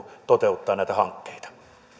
toteuttaa näitä hankkeita